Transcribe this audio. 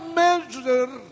measure